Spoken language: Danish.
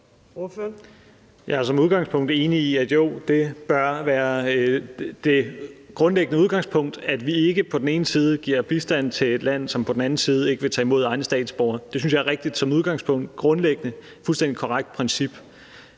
Jeg er som udgangspunkt enig i, at jo, det bør være det grundlæggende udgangspunkt, at vi ikke på den ene side giver bistand til et land, som på den anden side ikke vil tage imod egne statsborgere. Det synes jeg er rigtigt som udgangspunkt – et grundlæggende fuldstændig korrekt princip.